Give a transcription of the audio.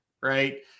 Right